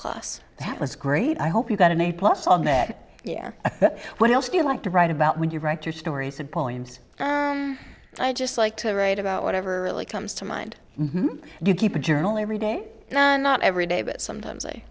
class that was great i hope you got an a plus all next year what else do you like to write about when you write your stories and points i just like to write about whatever comes to mind and you keep a journal every day not every day but sometimes i